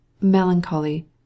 melancholy